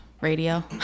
radio